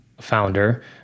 founder